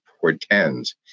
portends